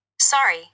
Sorry